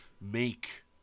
make